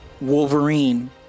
Wolverine